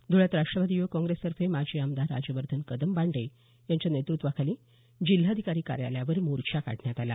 धुळ्यात राष्ट्रवादी युवक काँग्रेसतर्फे माजी आमदार राजवर्धन कदमबांडे यांच्या नेतृत्वाखाली जिल्हाधिकारी कार्यालयावर मोर्चा काढण्यात आला